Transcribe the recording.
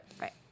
Right